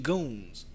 Goons